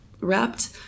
wrapped